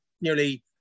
nearly